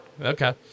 Okay